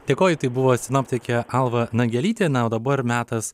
dėkoju tai buvo sinoptikė alva nagelytė na o dabar metas